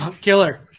Killer